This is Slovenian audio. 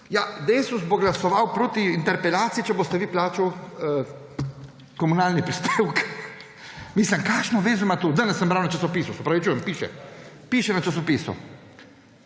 bo Desus glasoval proti interpelaciji, če boste vi plačali komunalni prispevek. Kakšno zvezo ima to? Danes sem bral v časopisu. Se opravičujem, piše. Piše v časopisu.